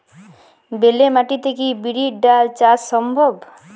বেলে মাটিতে কি বিরির ডাল চাষ সম্ভব?